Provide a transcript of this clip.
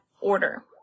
order